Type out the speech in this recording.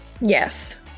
Yes